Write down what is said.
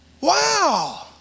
wow